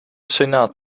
senaat